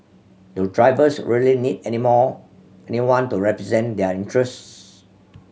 do drivers really need anymore anyone to represent their interests